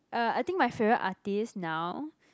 uh I think my favorite artist now